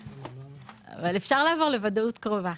אבל אפשר לעבור לוודאות קרובה.